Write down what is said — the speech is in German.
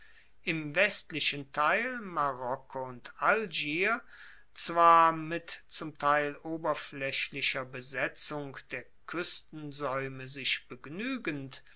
im westlichen teil marokko und algier zwar mit zum teil oberflaechlicher besetzung der kuestensaeume sich begnuegend